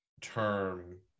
term